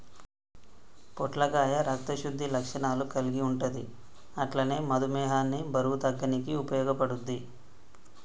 పొట్లకాయ రక్త శుద్ధి లక్షణాలు కల్గి ఉంటది అట్లనే మధుమేహాన్ని బరువు తగ్గనీకి ఉపయోగపడుద్ధి